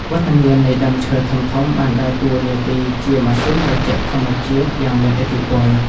វត្តមាននៃដើមឈើធំៗបានដើរតួនាទីជា ម៉ាស៊ីនត្រជាក់ធម្មជាតិ យ៉ាងមានឥទ្ធិពល។